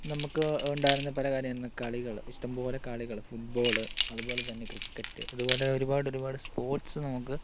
നമുക്ക് ഉണ്ടായിരുന്ന പല കാര്യമായിരുന്നു കളികൾ ഇഷ്ടം പോലെ കളികൾ ഫുട്ബോൾ അതുപോലെതന്നെ ക്രിക്കറ്റ് അതുപോലെ ഒരുപാട് ഒരുപാട് സ്പോർട്സ് നമുക്ക്